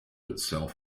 itself